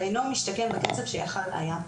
ואינו משתקם בקצב שיכול היה.